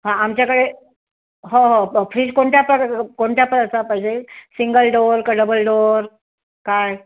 हां आमच्याकडे हो हो प फ्रीज कोणत्या प्र कोणत्या प्रचा पाहिजे सिंगल डोअर का डबल डोअर काय